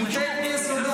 מוטעית מיסודה.